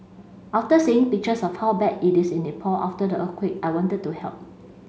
after seeing pictures of how bad it is in Nepal after the earthquake I wanted to help